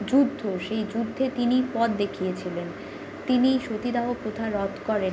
যুদ্ধ সেই যুদ্ধে তিনি পথ দেখিয়েছিলেন তিনি সতীদাহ প্রথা রদ করেন